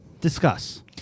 Discuss